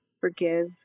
forgive